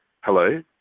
hello